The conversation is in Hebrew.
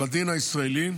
בדין הישראלי,